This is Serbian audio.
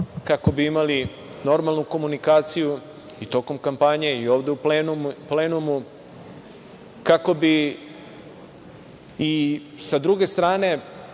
kako bi imali normalnu komunikaciju i tokom kampanje i ovde u plenumu.S druge strane,